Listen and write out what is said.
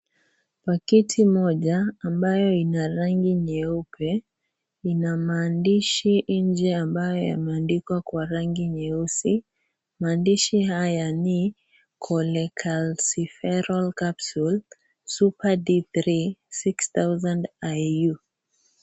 Pakiti moja ambayo ina rangi nyeupe ina maandishi nje ambayo imeandikwa kwa rangi nyeusi ,maandishi haya ni Cholecalciferal capsule super D3 6,000 IU .